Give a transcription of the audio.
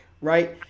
right